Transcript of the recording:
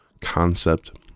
concept